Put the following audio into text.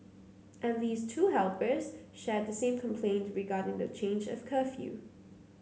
at least two helpers shared the same complaint regarding the change of curfew